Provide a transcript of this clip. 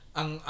ang